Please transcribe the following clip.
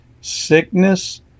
sickness